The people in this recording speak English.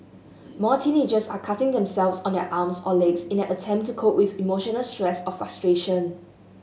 more teenagers are cutting themselves on their arms or legs in an attempt to cope with emotional stress or frustration